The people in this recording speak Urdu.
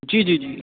جی جی جی